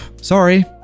Sorry